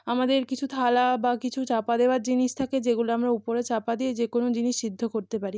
আমাদের কিছু থালা বা কিছু চাপা দেওয়ার জিনিস থাকে যেগুলো আমরা উপরে চাপা দিয়ে যে কোনো জিনিস সিদ্ধ করতে পারি